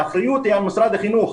האחריות היא על משרד החינוך.